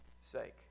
sake